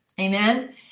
Amen